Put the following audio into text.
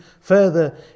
further